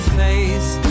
face